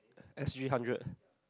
S_G hundred